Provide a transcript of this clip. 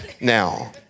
now